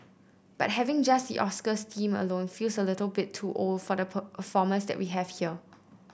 but having just the Oscars theme alone feels a little bit too old for the performers that we have